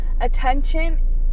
attention